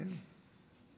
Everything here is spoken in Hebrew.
כולם שמאלנים.